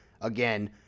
again